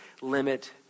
limit